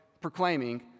proclaiming